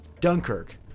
Dunkirk